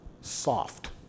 soft